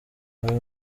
ayo